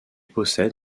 possède